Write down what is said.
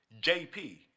JP